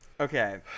okay